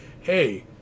hey